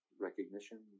recognition